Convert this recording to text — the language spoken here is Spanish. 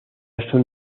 son